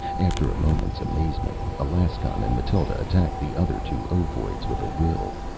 after a moment's amazement, alaskon and mathild attacked the other two ovoids with a will.